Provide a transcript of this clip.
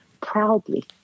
proudly